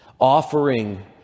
Offering